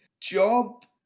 job